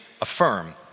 affirm